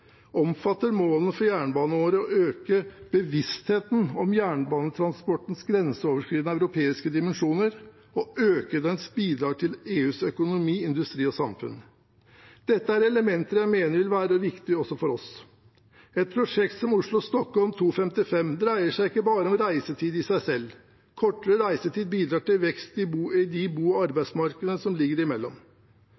omfatter målene for jernbaneåret å øke bevisstheten om jernbanetransportens grenseoverskridende europeiske dimensjoner og øke dens bidrag til EUs økonomi, industri og samfunn. Dette er elementer jeg mener vil være riktige også for oss. Et prosjekt som Oslo–Stockholm 2.55 dreier seg ikke bare om reisetid i seg selv. Kortere reisetid bidrar til vekst i de bo- og arbeidsmarkedene som ligger imellom. En utredning regionen mellom Oslo og